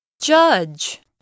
Judge